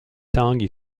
tongue